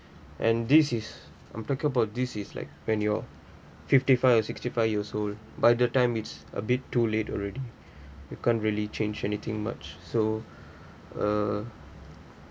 and this is I'm talking about this is like when you're fifty five or sixty five years old by the time it's a bit too late already you can't really change anything much so uh